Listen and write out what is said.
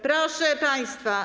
Proszę państwa.